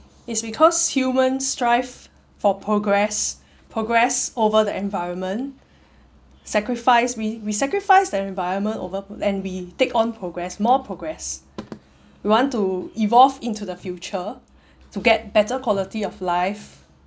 it's because human strive for progress progress over the environment sacrifice we we sacrifice the environment over and we take on progress more progress we want to evolve into the future to get better quality of life